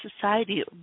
society